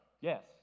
Yes